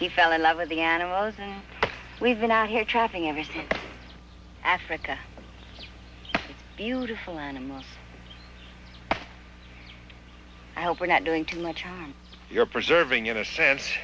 he fell in love with the animals and we've been out here traveling ever since africa it's beautiful animals i hope we're not doing too much from your preserving in a sense